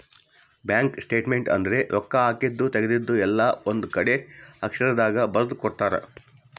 bank statement ಅಂದ್ರ ರೊಕ್ಕ ಹಾಕಿದ್ದು ತೆಗ್ದಿದ್ದು ಎಲ್ಲ ಒಂದ್ ಕಡೆ ಅಕ್ಷರ ದಾಗ ಬರ್ದು ಕೊಡ್ತಾರ